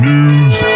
News